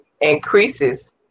increases